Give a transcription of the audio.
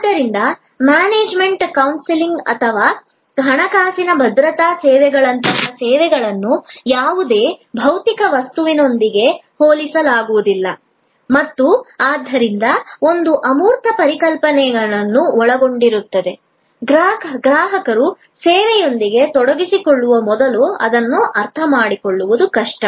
ಆದ್ದರಿಂದ management consultancy ಅಥವಾ ಹಣಕಾಸಿನ ಭದ್ರತಾ ಸೇವೆಗಳಂತಹ ಸೇವೆಗಳನ್ನು ಯಾವುದೇ ಭೌತಿಕ ವಸ್ತುವಿನೊಂದಿಗೆ ಹೋಲಿಸಲಾಗುವುದಿಲ್ಲ ಮತ್ತು ಆದ್ದರಿಂದ ಒಂದು ಅಮೂರ್ತ ಪರಿಕಲ್ಪನೆಗಳನ್ನು ಒಳಗೊಂಡಿರುತ್ತದೆ ಗ್ರಾಹಕರು ಸೇವೆಯೊಂದಿಗೆ ತೊಡಗಿಸಿಕೊಳ್ಳುವ ಮೊದಲು ಅದನ್ನು ಅರ್ಥಮಾಡಿಕೊಳ್ಳುವುದು ಕಷ್ಟ